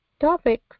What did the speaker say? topic